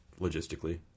logistically